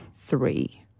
three